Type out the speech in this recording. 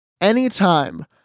anytime